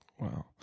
Wow